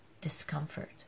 discomfort